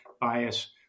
bias